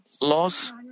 laws